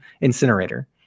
incinerator